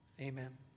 Amen